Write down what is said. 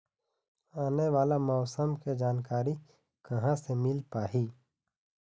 आने वाला मौसम के जानकारी कहां से मिल पाही?